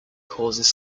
causes